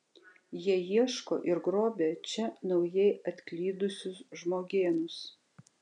jie ieško ir grobia čia naujai atklydusius žmogėnus